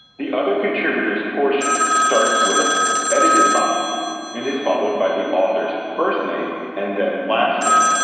the other contributors portion starts with edited by and is followed by the author's first name and then last name.